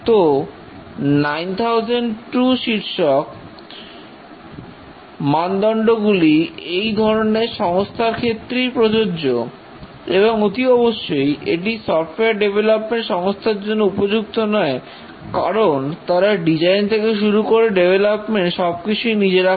তো9002 শীর্ষক মানদন্ডগুলি এই ধরনের সংস্থার ক্ষেত্রেই প্রযোজ্য এবং অতি অবশ্যই এটি সফটওয়্যার ডেভেলপমেন্ট সংস্থার জন্য উপযুক্ত নয় কারণ তারা ডিজাইন থেকে শুরু করে ডেভলপমেন্ট টেস্টিং সবকিছুই নিজেরা করে